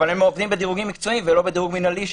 הם עובדים בדירוגים מקצועיים ולא בדירוג מינהלי,